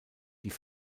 die